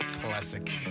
classic